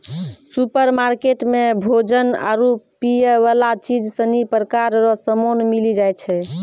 supermarket मे भोजन आरु पीयवला चीज सनी प्रकार रो समान मिली जाय छै